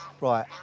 Right